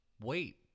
wait